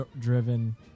driven